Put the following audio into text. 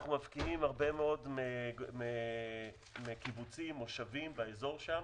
אנחנו מפקיעים הרבה מאוד מקיבוצים ומושבים באזור שם.